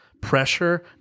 pressure